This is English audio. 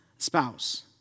spouse